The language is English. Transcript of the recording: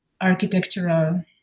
architectural